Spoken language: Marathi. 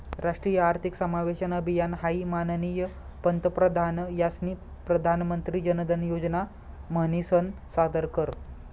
राष्ट्रीय आर्थिक समावेशन अभियान हाई माननीय पंतप्रधान यास्नी प्रधानमंत्री जनधन योजना म्हनीसन सादर कर